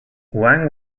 wang